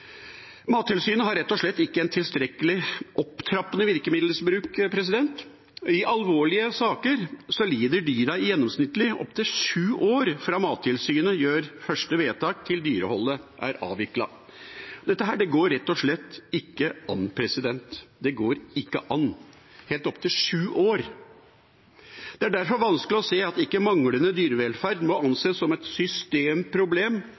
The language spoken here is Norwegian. Mattilsynet har rett og slett ikke en tilstrekkelig opptrappende virkemiddelbruk. I alvorlige saker lider dyra gjennomsnittlig i sju år fra Mattilsynet gjør første vedtak til dyreholdet er avviklet. Dette går rett og slett ikke an. Det går ikke an – sju år! Det er derfor vanskelig å se at ikke manglende dyrevelferd må